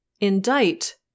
indict